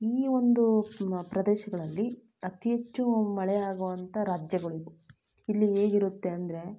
ಈ ಒಂದು ಪ್ರದೇಶಗಳಲ್ಲಿ ಅತಿಹೆಚ್ಚು ಮಳೆಯಾಗುವಂಥ ರಾಜ್ಯಗಳು ಇವು ಇಲ್ಲಿ ಹೇಗಿರುತ್ತೆ ಅಂದರೆ